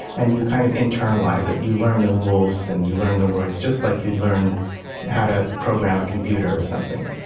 and you kind of internalise it, you learn the rules and you learn the words, just like you'd learn how to program a computer or something.